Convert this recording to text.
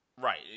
right